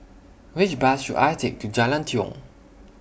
Which Bus should I Take to Jalan Tiong